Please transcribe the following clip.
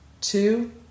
two